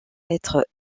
être